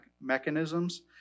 mechanisms